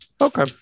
Okay